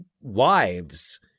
wives